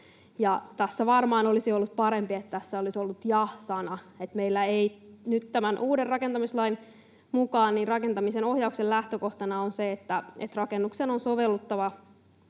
tässä varmaan olisi ollut parempi, että tässä olisi ollut ja-sana. Meillä nyt tämän uuden rakentamislain mukaan rakentamisen ohjauksen lähtökohtana on se, että rakennuksen on sovelluttava